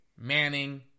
Manning